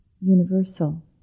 universal